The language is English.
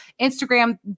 Instagram